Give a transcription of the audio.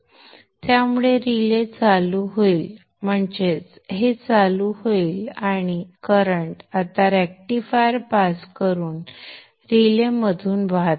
त्यामुळे रिले चालू होईल म्हणजेच हे चालू होईल आणि करंट आता रेझिस्टर पास करून रिलेमधून वाहते